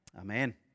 Amen